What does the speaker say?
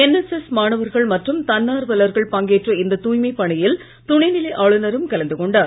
என் S S மாணவர்கள் மற்றும் தன்னார்வலர்கள் பங்கேற்ற இந்த தூய்மைப் பணியில் துணை நிலை ஆளுநரும் கலந்து கொண்டார்